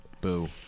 Boo